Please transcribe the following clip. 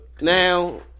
Now